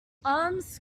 arms